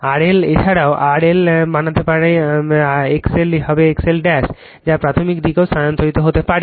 R L এছাড়াও R L বানাতে পারে X L হবে X L যা প্রাথমিক দিকেও স্থানান্তরিত হতে পারে